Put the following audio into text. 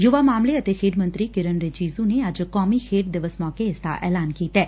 ਯੁਵਾ ਮਾਮਲੇ ਅਤੇ ਖੇਡ ਮੰਤਰੀ ਕਿਰਨ ਰੀਜੀਜੁ ਨੇ ਅੱਜ ਕੌਮੀ ਖੇਡ ਦਿਵਸ ਮੌਕੇ ਇਸਦਾ ਐਲਾਨ ਕੀਤੈ